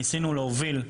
ניסינו להוביל.